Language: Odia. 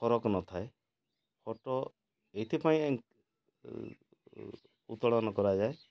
ଫରକ ନଥାଏ ଫୋଟୋ ଏଇଥିପାଇଁ ଉତ୍ତଳନ କରାଯାଏ